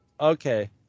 Okay